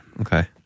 Okay